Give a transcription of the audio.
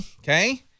okay